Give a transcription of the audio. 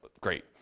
great